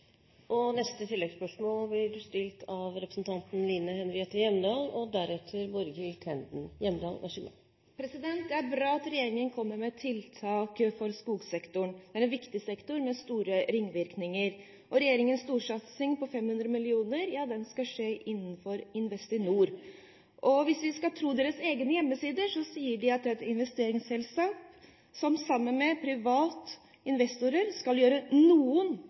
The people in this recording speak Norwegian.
Line Henriette Hjemdal – til oppfølgingsspørsmål. Det er bra at regjeringen kommer med tiltak for skogsektoren. Det er en viktig sektor, med store ringvirkninger. Regjeringens storsatsing på 500 mill. kr skal skje innenfor Investinor. Hvis vi skal tro deres egne hjemmesider, er dette et investeringsselskap som sammen med private investorer skal gjøre noen